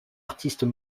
artistes